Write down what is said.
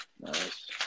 Nice